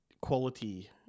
quality